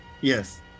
Yes